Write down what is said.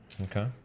Okay